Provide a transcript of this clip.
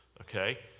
okay